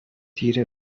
تیره